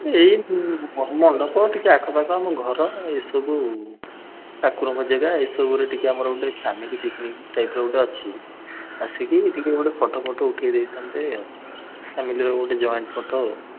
ଏଇ ମ ମଣ୍ଡପ ଟିକେ ଆଖପାଖ ଆମ ଘର ଏସବୁ ଠାକୁରଙ୍କ ଯାଗା ଏସବୁରେ ଟିକେ ଆମର ଗୋଟେ ଫ୍ୟାମିଲି ପିକ୍ନିକ୍ ଟାଇପର ଗୋଟେ ଅଛି ଆସିକି ଟିକେ ଗୋଟେ ଫଟୋ ଫଟୋ ଉଠାଇ ଦେଇଥାନ୍ତେ ଫ୍ୟାମିଲିର ଗୋଟେ ଜଏଣ୍ଟ୍ ଫଟୋ ଆଉ